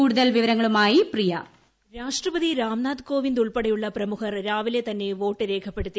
കൂടുതൽ വിവരങ്ങളുമായി വോയിസ് രാഷ്ട്രപതി രാംനാഥ് കോവിന്ദ് ഉൾപ്പെടെയുള്ള പ്രമുഖർ രാവിലെ തന്നെ വോട്ട് രേഖപ്പെടുത്തി